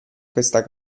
questa